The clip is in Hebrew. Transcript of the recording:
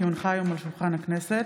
כי הונחה היום על שולחן הכנסת,